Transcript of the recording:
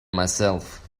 myself